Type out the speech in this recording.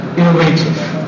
innovative